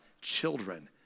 children